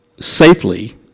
safely